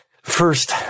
First